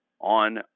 on